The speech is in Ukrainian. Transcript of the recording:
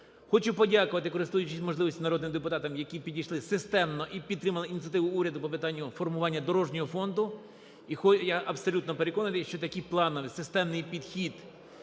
Хочу подякувати, користуючись можливістю, народним депутатам, які підійшли системно і підтримали ініціативу уряду по питанню формування дорожнього фонду. І я абсолютно переконаний, що такий плановий системний підхід